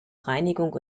reinigung